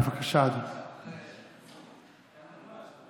בבקשה, אדוני.